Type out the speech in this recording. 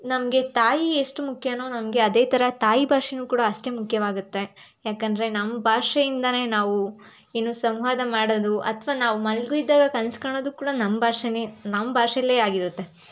ನಮ್ಗೆ ತಾಯಿ ಎಷ್ಟು ಮುಖ್ಯನೋ ನಮಗೆ ಅದೇ ಥರ ತಾಯಿ ಭಾಷೆನೂ ಕೂಡ ಅಷ್ಟೇ ಮುಖ್ಯವಾಗುತ್ತೆ ಯಾಕಂದರೆ ನಮ್ಮ ಭಾಷೆಯಿಂದನೇ ನಾವು ಏನು ಸಂವಾದ ಮಾಡೋದು ಅಥವಾ ನಾವು ಮಲ್ಗಿದಾಗ ಕನ್ಸು ಕಾಣೋದು ಕೂಡ ನಮ್ಮ ಭಾಷೆನೇ ನಮ್ಮ ಭಾಷೆಲ್ಲೇ ಆಗಿರುತ್ತೆ